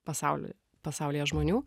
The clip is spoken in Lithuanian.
pasaulio pasaulyje žmonių